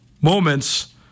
moments